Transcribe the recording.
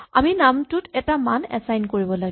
আমি নামটোত এটা মান এচাইন কৰিব লাগে